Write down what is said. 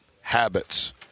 habits